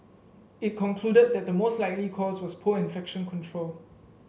it concluded that the most likely cause was poor infection control